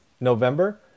November